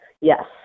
Yes